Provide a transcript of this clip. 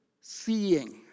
seeing